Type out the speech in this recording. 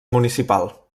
municipal